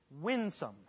winsome